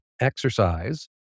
exercise